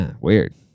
weird